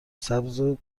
سبز